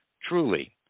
Truly